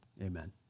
amen